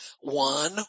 one